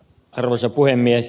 arvoisa puhemies